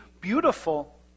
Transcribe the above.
beautiful